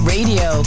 Radio